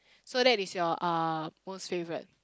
so that is your uh most favourite